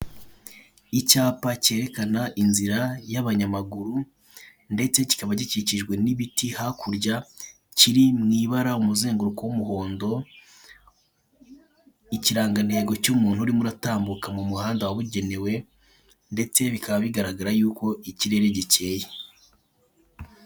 Icyapa cyerekana inzira y'abanyamaguru, ndetse kikaba gikikijwe n'ibiti hakurya. Kiri mw'ibara umuzenguruko w'umuhondo, ikirangantego cy'umuntu urimo uratambuka mu muhanda wabugenewe, ndetse bikaba bigaragara ko ikirere gicyeye.